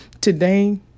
Today